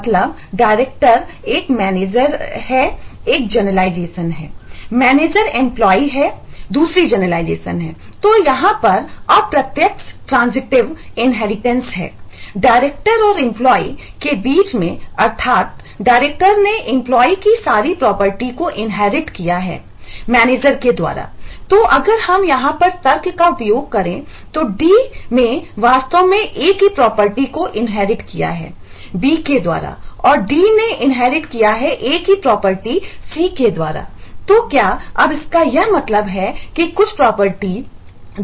manager होगी